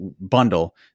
bundle